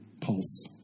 pulse